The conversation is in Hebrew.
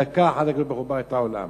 בדקה אחת הקדוש-ברוך-הוא ברא את העולם.